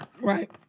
right